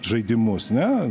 žaidimus ne